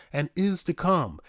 and is to come,